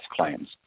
claims